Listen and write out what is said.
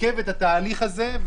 עיכב את התהליך הזה,